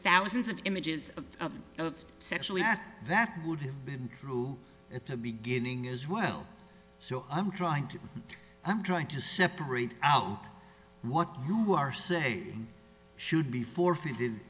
thousands of images of sexually act that would have been through at the beginning as well so i'm trying to i'm trying to separate out what you are say should be forfeited